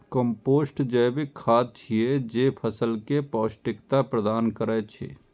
compost जैविक खाद छियै, जे फसल कें पौष्टिकता प्रदान करै छै